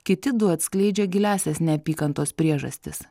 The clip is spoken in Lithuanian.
kiti du atskleidžia giliąsias neapykantos priežastis